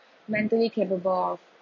mentally capable of